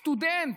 סטודנט.